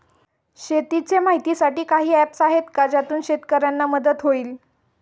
शेतीचे माहितीसाठी काही ऍप्स आहेत का ज्यातून शेतकऱ्यांना मदत होईल?